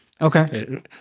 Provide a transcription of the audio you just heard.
Okay